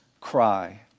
cry